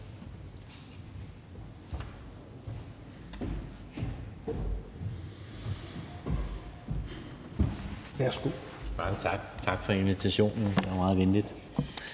tak. Tak for invitationen, det var meget venligt.